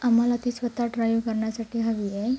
आम्हाला ती स्वत ड्राईव करण्यासाठी हवी आहे